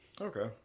Okay